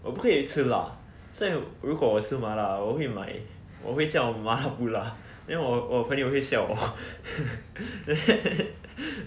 我不可以吃辣所以如果我吃麻辣我会买我会叫麻辣不辣 then 我我朋友会笑我